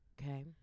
Okay